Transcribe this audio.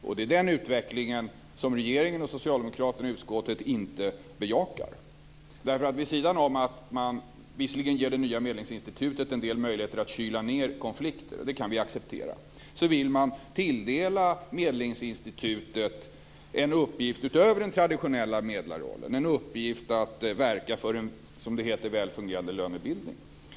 Och det är den utvecklingen som regeringen och socialdemokraterna i utskottet inte bejakar. Vid sidan av att man visserligen ger det nya medlingsinstitutet en del möjligheter att kyla ned konflikter, vilket vi kan acceptera, vill man tilldela Medlingsinstitutet en uppgift utöver den traditionella medlarrollen, en uppgift att verka för en väl fungerande lönebildning.